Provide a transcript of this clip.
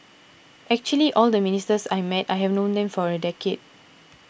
actually all the ministers I met I have known them for a decade